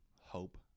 hope